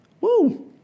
Woo